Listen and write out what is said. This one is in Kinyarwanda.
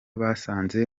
basanze